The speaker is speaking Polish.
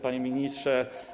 Panie Ministrze!